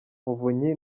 muvunyi